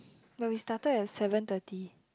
but we started at seven thirty